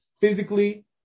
physically